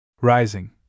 Rising